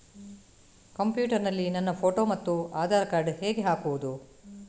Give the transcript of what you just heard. Computer ನಲ್ಲಿ ನನ್ನ photo ಮತ್ತು ಆಧಾರ್ ಕಾರ್ಡ್ ಹೇಗೆ ಹಾಕುವುದು?